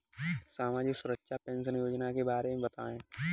सामाजिक सुरक्षा पेंशन योजना के बारे में बताएँ?